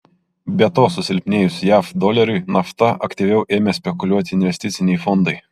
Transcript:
be to susilpnėjus jav doleriui nafta aktyviau ėmė spekuliuoti investiciniai fondai